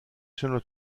sono